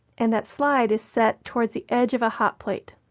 and that slide is set toward the edge of a hot plate.